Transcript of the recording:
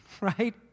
right